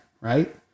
right